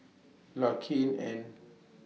Larkin and